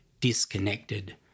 disconnected